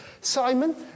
Simon